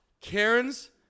karen's